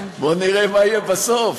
בואי נראה מה יהיה בסוף.